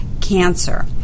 cancer